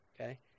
okay